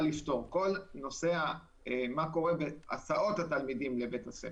לפתור וזה מה קורה בהסעות התלמידים לבית הספר.